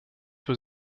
was